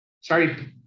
Sorry